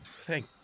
Thank